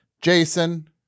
Jason